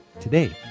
Today